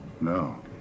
No